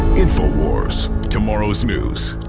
infowars tomorrow's news